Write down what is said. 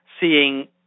Seeing